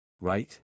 Right